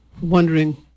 wondering